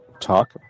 talk